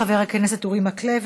חבר הכנסת אורי מקלב,